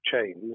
chains